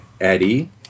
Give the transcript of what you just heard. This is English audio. Eddie